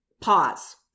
pause